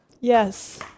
Yes